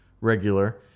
regular